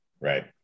right